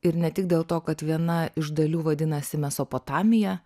ir ne tik dėl to kad viena iš dalių vadinasi mesopotamija